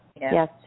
Yes